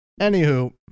anywho